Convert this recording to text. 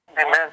Amen